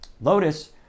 Lotus